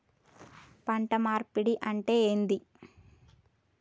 పంట మార్పిడి అంటే ఏంది?